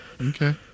Okay